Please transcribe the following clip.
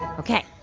ok.